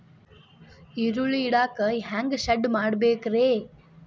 ಈರುಳ್ಳಿ ಇಡಾಕ ಹ್ಯಾಂಗ ಶೆಡ್ ಮಾಡಬೇಕ್ರೇ?